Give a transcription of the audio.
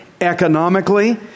economically